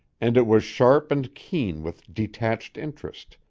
and it was sharp and keen with detached interest,